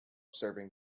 serving